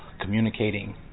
communicating